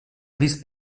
avís